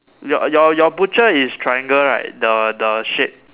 your your your butcher is triangle right the the shape